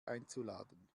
einzuladen